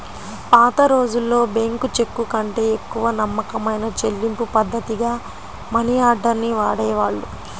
పాతరోజుల్లో బ్యేంకు చెక్కుకంటే ఎక్కువ నమ్మకమైన చెల్లింపుపద్ధతిగా మనియార్డర్ ని వాడేవాళ్ళు